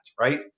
right